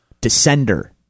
Descender